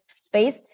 space